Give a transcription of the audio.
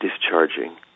discharging